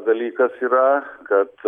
dalykas yra kad